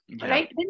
right